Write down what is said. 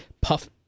puff